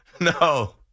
no